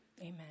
Amen